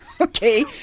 Okay